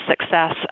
success